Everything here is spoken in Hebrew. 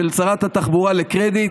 של שרת התחבורה לקרדיט,